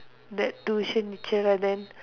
that tuition chair event